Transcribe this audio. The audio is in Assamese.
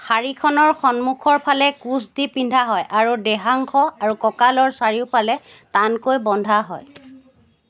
শাৰীখনৰ সন্মুখৰ ফালে কোঁচ দি পিন্ধা হয় আৰু দেহাংশ আৰু কঁকালৰ চাৰিওফালে টানকৈ বন্ধা হয়